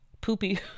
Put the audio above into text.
poopy